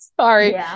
Sorry